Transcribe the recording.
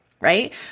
right